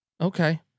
Okay